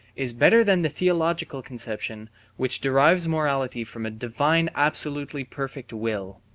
is better than the theological conception which derives morality from a divine absolutely perfect will.